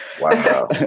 Wow